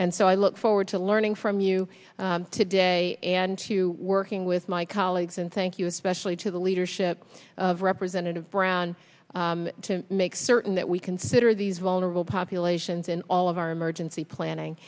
and so i look forward to learning from you today and to working with my colleagues and thank you especially to the leadership of representative brown to make certain that we consider these vulnerable populations in all of our emergency planning